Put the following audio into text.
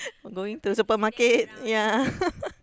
or going to the supermarket ya